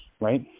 right